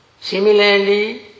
Similarly